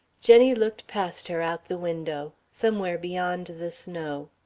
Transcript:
jenny looked past her out the window, somewhere beyond the snow.